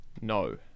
No